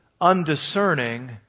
undiscerning